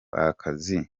akazi